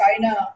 China